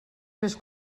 més